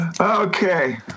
Okay